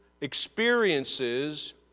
experiences